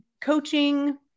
coaching